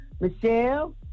Michelle